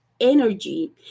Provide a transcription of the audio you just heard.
energy